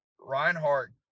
Reinhardt